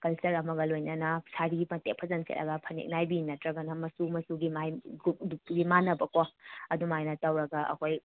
culture ꯑꯃꯒ ꯂꯣꯏꯅꯅ ꯁꯥꯔꯤ ꯃꯇꯦꯛ ꯐꯖꯅ ꯁꯦꯠꯂꯒ ꯐꯅꯦꯛ ꯅꯥꯏꯕꯤ ꯅꯠꯇ꯭ꯔꯒꯅ ꯃꯆꯨ ꯃꯆꯨꯒꯤ ꯃꯥꯏ ꯒ꯭ꯔꯨꯞ ꯒ꯭ꯔꯨꯞꯇꯨꯒꯤ ꯃꯥꯟꯅꯕꯀꯣ ꯑꯗꯨꯃꯥꯏꯅ ꯇꯧꯔꯒ ꯑꯩꯈꯣꯏ